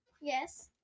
Yes